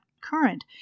current